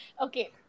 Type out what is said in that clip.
Okay